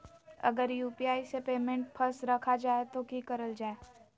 अगर यू.पी.आई से पेमेंट फस रखा जाए तो की करल जाए?